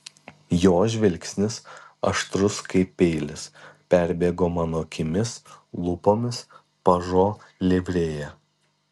jo žvilgsnis aštrus kaip peilis perbėgo mano akimis lūpomis pažo livrėja